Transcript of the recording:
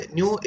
New